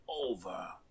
over